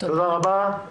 תודה רבה.